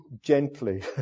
gently